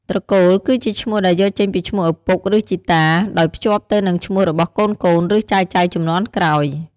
ត្រកូលគឺជាឈ្មោះដែលយកចេញពីឈ្មោះឪពុក ឬជីតា ដោយភ្ជាប់ទៅនឹងឈ្មោះរបស់កូនៗ ឬចៅៗជំនាន់ក្រោយ។